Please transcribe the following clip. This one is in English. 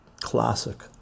Classic